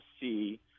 see